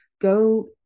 Go